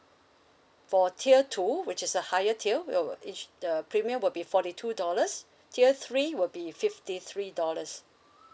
for tier two which is a higher tier will each the premium will be forty two dollars tier three will be fifty three dollars